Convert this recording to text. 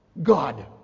god